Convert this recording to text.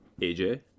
AJ